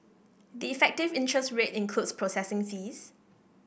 the effective interest rate includes processing fees